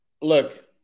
look